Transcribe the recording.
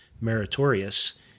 meritorious